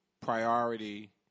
priority